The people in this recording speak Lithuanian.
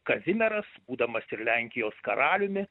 kazimieras būdamas ir lenkijos karaliumi